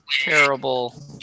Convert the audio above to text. terrible